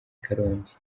karongi